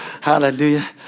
Hallelujah